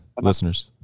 listeners